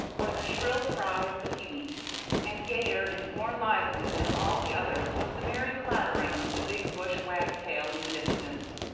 or the shrill cry of the peeweet and gayer and more lively than all the others was the merry clattering of the big bush wagtail in the distance.